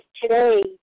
today